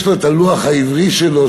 יש לו הלוח העברי שלו,